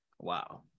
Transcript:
Wow